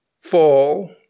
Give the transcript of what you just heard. fall